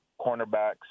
cornerbacks